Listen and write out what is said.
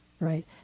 right